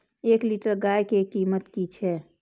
एक लीटर गाय के कीमत कि छै?